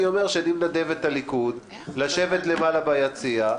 אני אומר שאני מנדב את הליכוד לשבת למעלה ביציע.